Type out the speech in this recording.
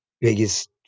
biggest